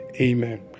Amen